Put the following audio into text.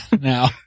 now